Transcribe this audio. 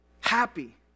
Happy